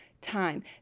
time